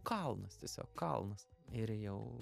kalnas tiesiog kalnas ir jau